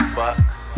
bucks